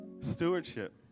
stewardship